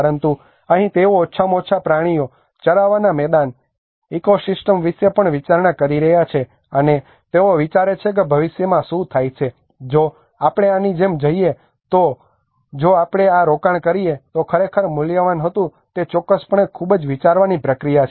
પરંતુ અહીં તેઓ ઓછામાં ઓછા પ્રાણીઓ ચરાવવાનાં મેદાન ઇકોસિસ્ટમ વિશે પણ વિચારણા કરી રહ્યા છે અને તેઓ વિચારે છે કે ભવિષ્યમાં શું થાય છે જો આપણે આની જેમ જઇએ તો જો આપણે આ રોકાણ કરીએ તો તે ખરેખર મૂલ્યવાન હતું તે ચોક્કસપણે ખૂબ જ વિચારવાની પ્રક્રિયા છે